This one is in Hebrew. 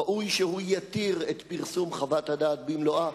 ראוי שהוא יתיר את פרסום חוות הדעת במלואה,